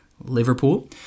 Liverpool